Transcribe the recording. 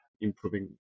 improving